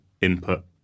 input